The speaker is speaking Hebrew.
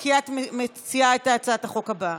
כי את מציעה את הצעת החוק הבאה.